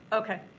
okay,